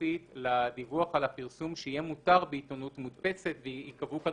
ספציפית לדיווח על הפרסום שיהיה מותר בעיתונות מודפסת ויקבעו כאן